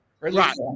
Right